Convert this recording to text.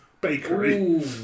bakery